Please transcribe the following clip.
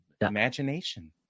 imagination